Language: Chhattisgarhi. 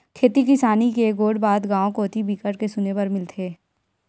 खेती किसानी के गोठ बात गाँव कोती बिकट के सुने बर मिलथे